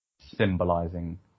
symbolizing